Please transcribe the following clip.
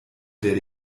werde